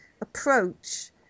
approach